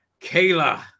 Kayla